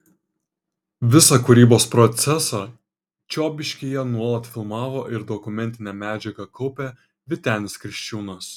visą kūrybos procesą čiobiškyje nuolat filmavo ir dokumentinę medžiagą kaupė vytenis kriščiūnas